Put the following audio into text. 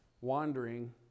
wandering